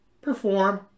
perform